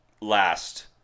last